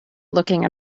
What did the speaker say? looking